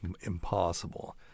impossible